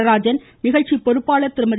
நடராஜன் நிகழ்ச்சி பொறுப்பாளர் திருமதி